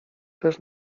też